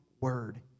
word